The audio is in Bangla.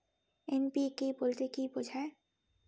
এন.পি.কে বলতে কী বোঝায়?